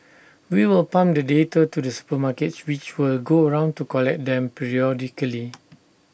we will pump the data to the supermarkets which will go round to collect them periodically